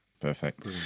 Perfect